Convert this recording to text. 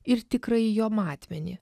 ir tikrąjį jo matmenį